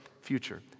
future